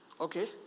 okay